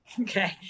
Okay